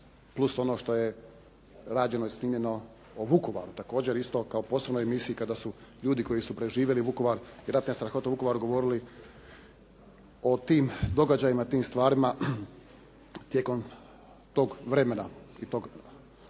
plus ono što je rađeno i snimljeno o Vukovaru, također isto kao posebnoj emisiji kada su ljudi koji su preživjeli Vukovar i ratne strahote u Vukovaru, govorili o tim događajima, tim stvarima tijekom tog vremena i tog